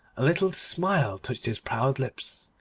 a little smile touched his proud lips,